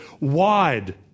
wide